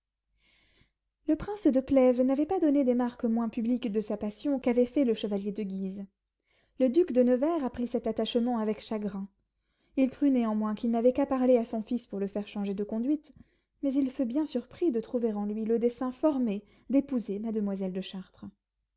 le prince de clèves n'avait pas donné des marques moins publiques de sa passion qu'avait fait le chevalier de guise le duc de nevers apprit cet attachement avec chagrin il crut néanmoins qu'il n'avait qu'à parler à son fils pour le faire changer de conduite mais il fut bien surpris de trouver en lui le dessein formé d'épouser mademoiselle de chartres